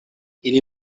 ili